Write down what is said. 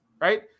right